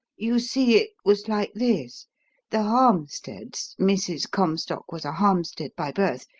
you see it was like this the harmsteads mrs. comstock was a harmstead by birth,